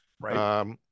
right